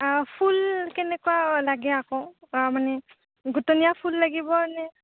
ফুল কেনেকুৱা লাগে আকৌ মানে গুটনিয়া ফুল লাগিব নে